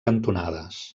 cantonades